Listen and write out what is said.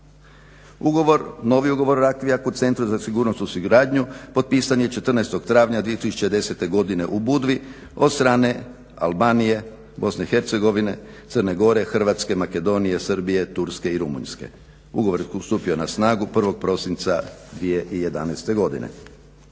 Ugovor, novi ugovor o Rakvijaku, Centru za sigurnosnu suradnju potpisan je 14. travnja 2010. godine u Budvi od strane Albanije, BiH, Crne Gore, Hrvatske, Makedonije, Srbije, Turske i Rumunjske. Ugovor je stupio na snagu 01. prosinca 2011. godine.